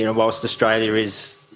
you know whilst australia is,